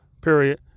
Period